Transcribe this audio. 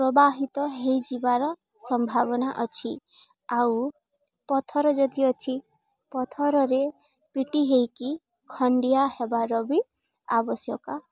ପ୍ରବାହିତ ହୋଇଯିବାର ସମ୍ଭାବନା ଅଛି ଆଉ ପଥର ଯଦି ଅଛି ପଥରରେ ପିଟି ହୋଇକି ଖଣ୍ଡିଆ ହେବାର ବି ଆବଶ୍ୟକ